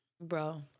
Bro